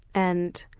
and